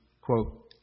quote